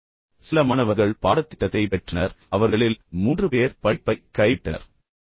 இப்போது இறுதியாக பெரும் சிரமத்துடன் சில மாணவர்கள் பாடத்திட்டத்தைப் பெற்றனர் ஆனால் அவர்களில் மூன்று பேர் படிப்பை கைவிட்டனர்